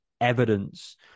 evidence